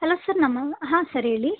hello sir ನಮ ಹಾಂ sir ಹೇಳಿ